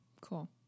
Cool